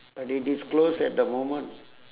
but it is closed at the moment